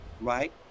right